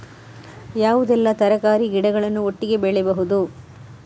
ಯಾವುದೆಲ್ಲ ತರಕಾರಿ ಗಿಡಗಳನ್ನು ಒಟ್ಟಿಗೆ ಬೆಳಿಬಹುದು?